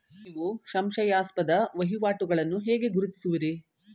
ನೀವು ಸಂಶಯಾಸ್ಪದ ವಹಿವಾಟುಗಳನ್ನು ಹೇಗೆ ಗುರುತಿಸುವಿರಿ?